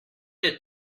did